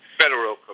Federal